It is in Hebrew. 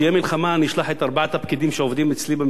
שעובדים אצלי במשרד למקלטים כדי שלא יקרה להם כלום.